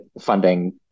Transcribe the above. funding